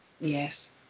yes